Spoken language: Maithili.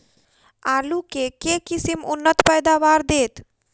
आलु केँ के किसिम उन्नत पैदावार देत?